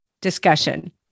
discussion